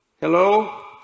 Hello